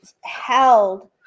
held